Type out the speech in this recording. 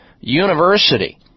university